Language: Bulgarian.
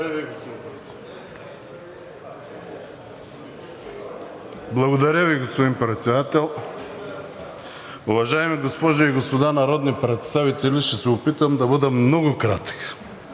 Благодаря Ви, господин Председател. Уважаеми госпожи и господа народни представители, ще се опитам да бъда много кратък.